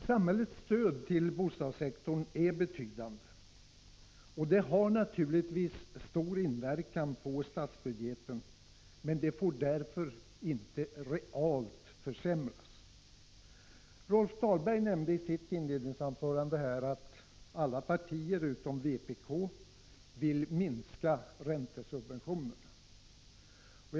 Samhällets stöd till bostadssektorn är betydande och har naturligtvis stor inverkan på statsbudgeten, men det får därför inte realt försämras. Rolf Dahlberg nämnde i sitt inledningsanförande att alla partier utom vpk vill minska räntesubventionerna.